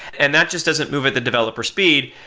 and that just doesn't move at the developer speed.